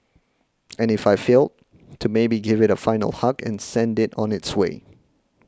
and if I failed to maybe give it a final hug and send it on its way